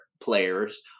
players